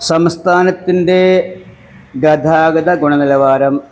സംസ്ഥാനത്തിൻ്റെ ഗതാഗത ഗുണനിലവാരം